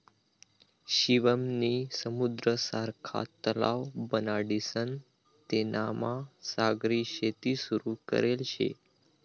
शिवम नी समुद्र सारखा तलाव बनाडीसन तेनामा सागरी शेती सुरू करेल शे